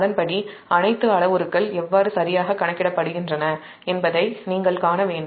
அதன்படி அனைத்து அளவுருக்கள் எவ்வாறு சரியாக கணக்கிடப்படுகின்றன என்பதை நீங்கள் காண வேண்டும்